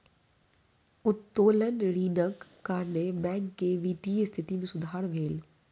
उत्तोलन ऋणक कारणेँ बैंक के वित्तीय स्थिति मे सुधार भेल